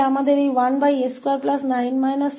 हमारे पास 1s29 7s29 है